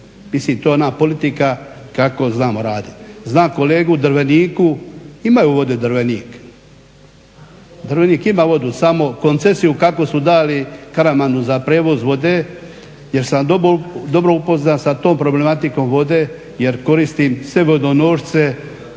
Mislim to je ona politika kako znamo radit. Znam kolegu u Drveniku, imaju vode Drvenik, Drvenik ima vodu samo koncesiju kakvu su dali Karamanu za prijevoz vode jer sam dobro upoznat sa tom problematikom vode jer koristim sve vodonošce